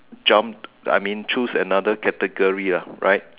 jumped I mean choose another category lah right